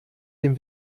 dem